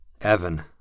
Evan